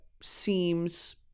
seems